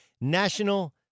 National